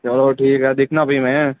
चलो ठीक ऐ फिह दिक्खना में